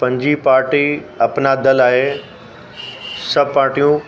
पंजीं पार्टी अपना दल आहे सभु पार्टियूं